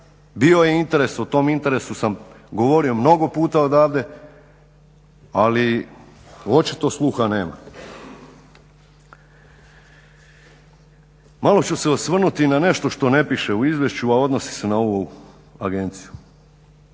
bio je interes, o tom interesu sam govorio mnogo puta odavde ali očito sluha nema. Malo ću se osvrnuti i na nešto što ne piše u izvješću, a odnosi se na ovu agenciju.